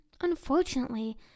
unfortunately